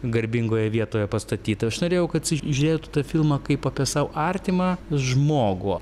garbingoje vietoje pastatytą aš norėjau kad jisai žiūrėtų filmą kaip apie sau artimą žmogų